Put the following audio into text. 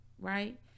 Right